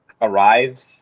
arrives